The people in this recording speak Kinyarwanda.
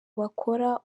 bakora